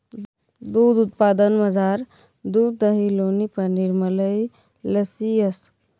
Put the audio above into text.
दूध उत्पादनमझार दूध दही लोणी पनीर मलई लस्सी येस